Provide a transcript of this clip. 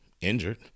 injured